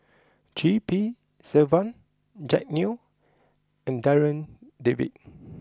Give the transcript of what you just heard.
G P Selvam Jack Neo and Darryl David